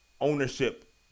ownership